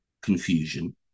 confusion